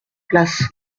place